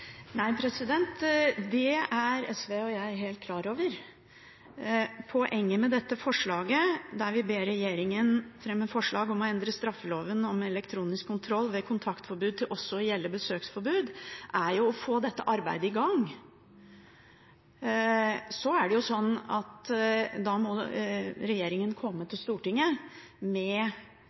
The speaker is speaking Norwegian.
det er SV og jeg helt klar over. Poenget med dette forslaget, der vi ber regjeringen fremme forslag om å endre straffeloven om elektronisk kontroll ved kontaktforbud til også å gjelde besøksforbud, er å få dette arbeidet i gang. Så er det jo sånn at da må regjeringen komme til Stortinget med